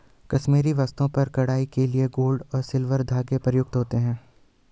कश्मीरी वस्त्रों पर कढ़ाई के लिए गोल्ड और सिल्वर धागे प्रयुक्त होते हैं